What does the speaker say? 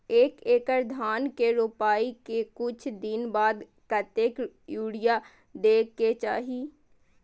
एक एकड़ धान के रोपाई के कुछ दिन बाद कतेक यूरिया दे के चाही?